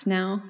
now